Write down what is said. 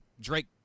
Drake